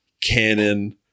canon